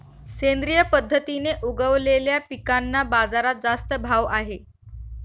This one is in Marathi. सेंद्रिय पद्धतीने उगवलेल्या पिकांना बाजारात जास्त भाव आहे